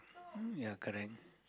um ya correct